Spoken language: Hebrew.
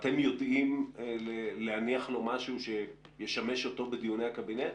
אתם יכולים להניח לו משהו שישמש אותו בדיוני הקבינט?